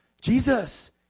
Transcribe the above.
Jesus